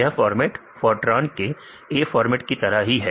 यह format Fortran के A format की तरह ही है